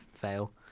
fail